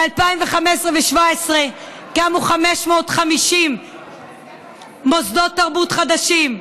ב-2015 2017 קמו 550 מוסדות תרבות חדשים,